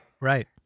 Right